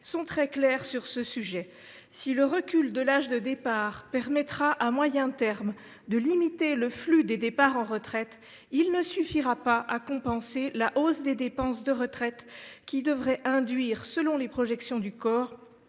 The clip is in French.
sont très claires : si le recul de l’âge de départ doit permettre, à moyen terme, de limiter le flux des départs à la retraite, il ne suffira pas à compenser la hausse des dépenses de retraite, qui devrait induire, selon les projections du COR,